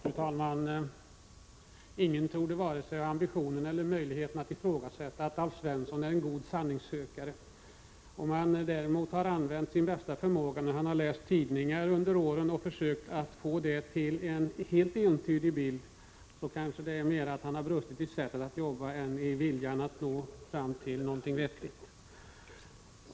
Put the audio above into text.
Fru talman! Ingen torde ha vare sig ambitionen eller möjligheten att ifrågasätta att Alf Svensson är en god sanningssökare. Men om han har använt sin bästa förmåga när han har läst tidningar under åren och försökt få en helt entydig bild, så har han kanske mer brustit i sättet att jobba än i viljan att nå fram till någonting vettigt.